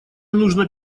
нужно